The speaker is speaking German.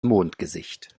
mondgesicht